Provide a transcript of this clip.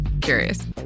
curious